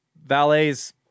valets